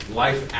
life